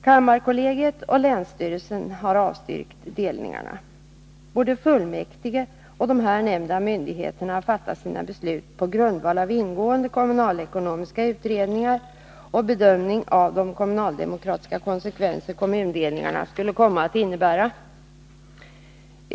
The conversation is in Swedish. Kammarkollegiet och länsstyrelsen har avstyrkt delningarna. Både kommunfullmäktige och de här nämnda myndigheterna har fattat sina beslut på grundval av ingående kommunalekonomiska utredningar och bedömning av de kommunaldemokratiska konsekvenser kommundelningarna skulle komma att innebära.